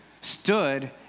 stood